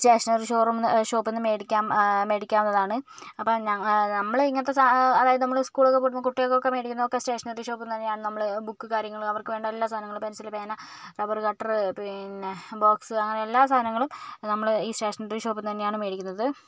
stationery show room എന്ന് ഷോപ്പിൽ നിന്ന് മേടിക്കാൻ മേടിക്കാവുന്നതാണ് അപ്പോൾ ഞങ്ങൾ നമ്മൾ ഇങ്ങനത്തെ സാ അതായത് നമ്മൾ സ്കൂളൊക്കെ പൂട്ടുമ്പോൾ കുട്ടികൾക്ക് മേടിക്കുന്നതൊക്കെ സ്റ്റേഷനറി ഷോപ്പിൽ നിന്നു തന്നെയാണ് നമ്മൾ ബുക്ക് കാര്യങ്ങൾ അവർക്ക് വേണ്ട എല്ലാ സാധനങ്ങളും പെൻസിൽ പേന റബ്ബർ കട്ടർ പിന്നെ ബോക്സ് അങ്ങനെ എല്ലാ സാധനങ്ങളും നമ്മൾ ഈ സ്റ്റേഷനറി ഷോപ്പിൽ നിന്ന് തന്നെയാണ് മേടിക്കുന്നത്